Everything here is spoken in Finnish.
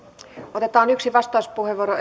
otetaan yksi vastauspuheenvuoro